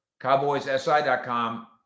cowboyssi.com